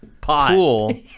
pool